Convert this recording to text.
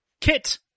Kit